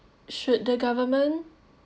should the government